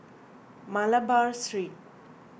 Malabar Street